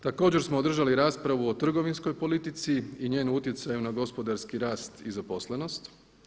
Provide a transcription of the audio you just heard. Također smo održali raspravu o trgovinskoj politici i njenom utjecaju na gospodarski rast i zaposlenost.